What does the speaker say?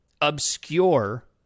obscure